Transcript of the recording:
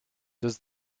does